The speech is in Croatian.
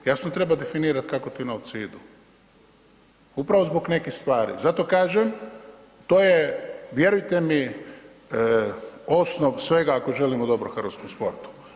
Jasno treba definirati kako tu novci idu upravo zbog nekih stvari, zato kažem, to je vjerujte mi, osnov svega ako želimo dobro hrvatskom sportu.